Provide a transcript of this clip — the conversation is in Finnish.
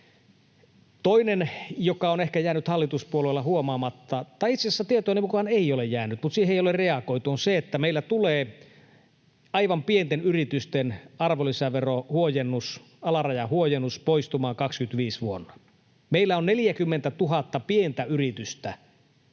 Toinen, joka on ehkä jäänyt hallituspuolueilta huomaamatta — tai itse asiassa tietojeni mukaan ei ole jäänyt, mutta siihen ei ole reagoitu — on se, että meillä tulee aivan pienten yritysten arvonlisäverohuojennus, alarajahuojennus, poistumaan vuonna 25. Meillä on 40 000 pientä yritystä,